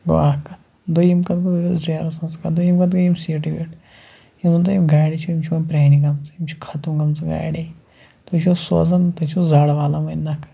گوٚو اَکھ کَتھ دوٚیِم کَتھ گوٚو یہِ ٲس ڈرٛیورٕ سٕںٛز کَتھ دوٚیِم کَتھ گٔے یِم سیٖٹہٕ ویٖٹہٕ یِم وۄنۍ تۄہہِ یِم گاڑِ چھِ یِم چھِ وۄنۍ پرٛانہِ گٔمژٕ یِم چھِ ختم گٔمژٕ گاڑے تُہۍ چھُو سوزان تُہۍ چھُو زَڈ والان وۄنۍ نَکھٕ